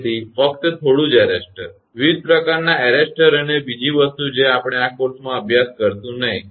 તેથી ફક્ત થોડું જ એરેસ્ટર વિવિધ પ્રકારના એરેસ્ટર અને બીજી વસ્તુ જે આપણે આ કોર્સમાં અભ્યાસ કરીશું નહીં